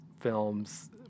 films